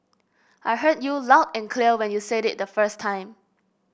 I heard you loud and clear when you say it the first time